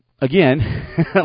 Again